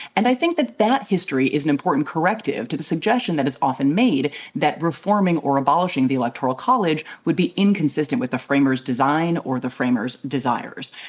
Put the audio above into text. and i think that that history is an important corrective to the suggestion that is often made that reforming or abolishing the electoral college would be inconsistent with the framers' design or the framers' desires.